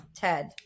Ted